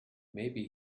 maybe